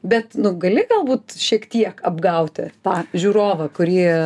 bet nu gali galbūt šiek tiek apgauti tą žiūrovą kurį